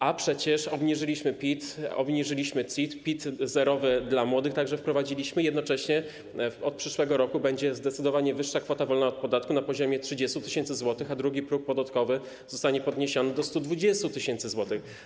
A przecież obniżyliśmy PIT, obniżyliśmy CIT, PIT zerowy dla młodych także wprowadziliśmy, a jednocześnie od przyszłego roku będzie zdecydowanie wyższa kwota wolna od podatku, na poziomie 30 tys. zł, a drugi próg podatkowy zostanie podniesiony do 120 tys. zł.